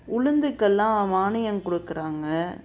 உளுந்துக்கெல்லாம் மானியம் கொடுக்குறாங்க